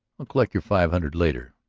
i'll collect your five hundred later,